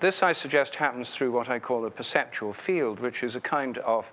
this i suggest happens through what i call the perceptual field, which is a kind of